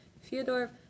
Fyodor